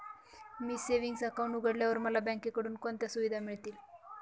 मी savings account उघडल्यास मला बँकेकडून कोणत्या सुविधा मिळतील?